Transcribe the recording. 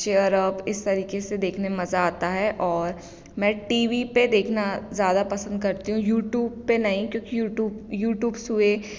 chair up इस तरीके से देखने में मज़ा आता है और मैं टी वी पर देखना ज़्यादा पसंद करती हूँ यूट्यूब पर नहीं क्योंकि यूट्यूब यूट्यूब से